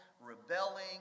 rebelling